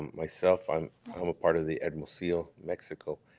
myself i'm i'm a part of the admiral seal mexico,